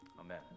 Amen